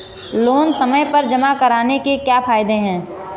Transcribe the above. Loan समय पर जमा कराने के क्या फायदे हैं?